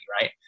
right